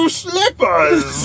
slippers